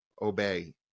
Obey